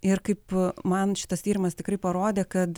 ir kaip man šitas tyrimas tikrai parodė kad